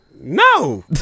No